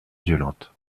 violente